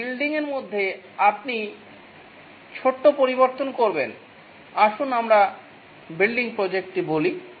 একটি বিল্ডিংয়ের মধ্যে আপনি ছোট পরিবর্তন করবেন আসুন আমরা বিল্ডিং প্রজেক্টটি বলি